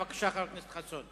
בבקשה, חבר הכנסת חסון.